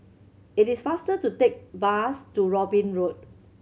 it is faster to take bus to Robin Road